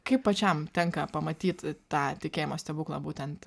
kaip pačiam tenka pamatyt tą tikėjimo stebuklą būtent